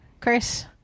Chris